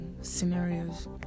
scenarios